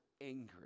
angry